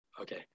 Okay